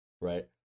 Right